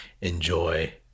enjoy